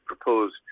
proposed